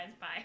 bye